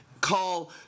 call